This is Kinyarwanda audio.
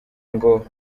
ngo